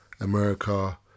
America